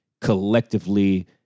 collectively